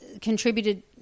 contributed